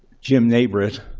jim nabrit,